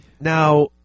Now